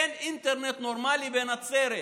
אין אינטרנט נורמלי בנצרת,